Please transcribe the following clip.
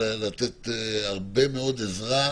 לתת הרבה מאוד עזרה,